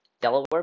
Delaware